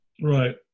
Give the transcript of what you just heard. Right